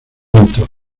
lento